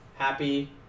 happy